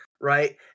right